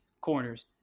corners